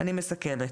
אני מסכמת.